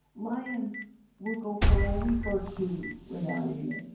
lions will go for a week or two without eating.